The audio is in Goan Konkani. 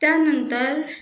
त्या नंतर